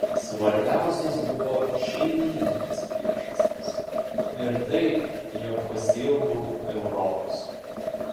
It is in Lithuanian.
svarbiausios buvo šeimyninės priežastys ir tai jog pasiilgau europos